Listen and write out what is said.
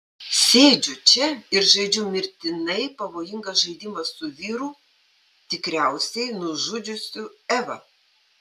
sėdžiu čia ir žaidžiu mirtinai pavojingą žaidimą su vyru tikriausiai nužudžiusiu evą